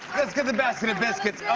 let's get the basket of biscuits.